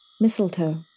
Mistletoe